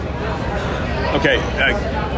Okay